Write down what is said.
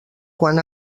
quan